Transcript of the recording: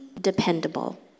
dependable